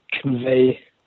convey